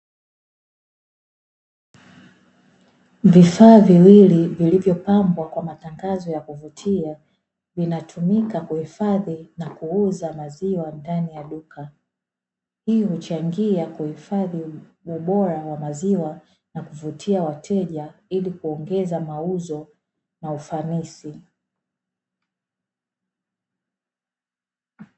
Vifaa viwili vilivyopambwa kwa matangazo ya kuvutia, vinatumika kuhifadhi na kuuza maziwa ndani ya duka. Hii huchangia kuhifadhi ubora wa maziwa na kuvutia wateja, ili kuongeza mauzo na ufanisi.